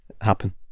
happen